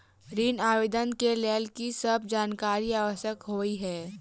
ऋण आवेदन केँ लेल की सब जानकारी आवश्यक होइ है?